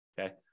Okay